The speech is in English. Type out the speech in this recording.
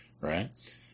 Right